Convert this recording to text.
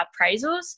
appraisals